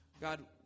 God